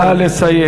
נא לסיים.